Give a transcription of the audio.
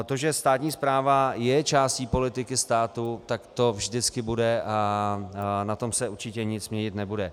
To, že státní správa je částí politiky státu, tak to vždycky bude a na tom se určitě nic měnit nebude.